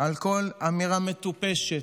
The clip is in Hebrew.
בכל אמירה מטופשת,